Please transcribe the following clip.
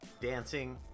dancing